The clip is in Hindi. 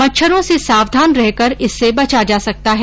मच्छरों से सावधान रहकर इससे बचा जा सकता है